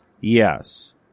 Yes